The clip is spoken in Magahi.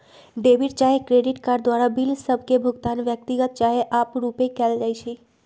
डेबिट चाहे क्रेडिट कार्ड द्वारा बिल सभ के भुगतान व्यक्तिगत चाहे आपरुपे कएल जाइ छइ